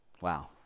wow